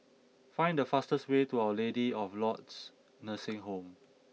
find the fastest way to our Lady of Lourdes Nursing Home